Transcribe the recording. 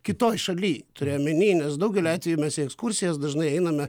kitoj šaly turiu omeny nes daugeliu atveju mes į ekskursijas dažnai einame